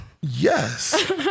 Yes